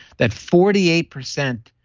that forty eight percent